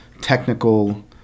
technical